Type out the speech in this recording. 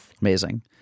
Amazing